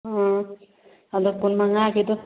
ꯑꯣ ꯑꯗꯣ ꯀꯨꯟꯃꯉꯥꯒꯤꯗꯣ